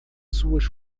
suas